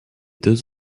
deux